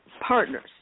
partners